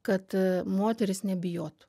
kad a moterys nebijotų